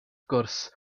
gwrs